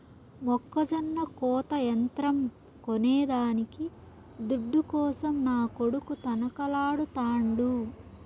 మొక్కజొన్న కోత యంత్రం కొనేదానికి దుడ్డు కోసం నా కొడుకు తనకలాడుతాండు